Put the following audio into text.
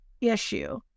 issue